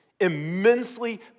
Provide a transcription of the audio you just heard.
immensely